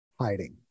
hiding